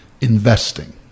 investing